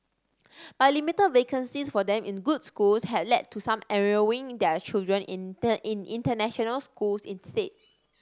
but limited vacancies for them in good schools have led to some enrolling their children in international schools instead